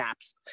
apps